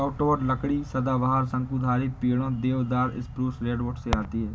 softwood लकड़ी सदाबहार, शंकुधारी पेड़ों, देवदार, स्प्रूस, रेडवुड से आती है